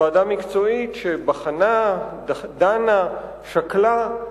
ועדה מקצועית, שבחנה, דנה, שקלה,